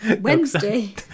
Wednesday